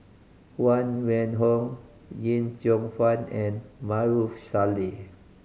Huang Wenhong Yip Cheong Fun and Maarof Salleh